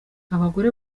abagore